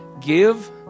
give